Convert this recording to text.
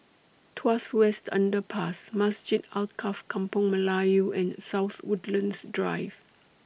Tuas West Underpass Masjid Alkaff Kampung Melayu and South Woodlands Drive